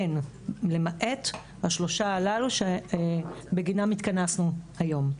אין למעט השלושה הללו שבגינם התכנסנו היום.